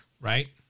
Right